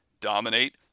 dominate